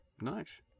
Nice